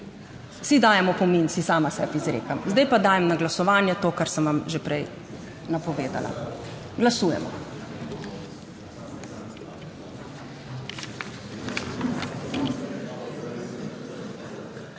si dajem opomin, si sama sebi izrekam. Zdaj pa dajem na glasovanje to, kar sem vam že prej napovedala. Glasujemo.